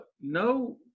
no